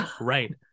Right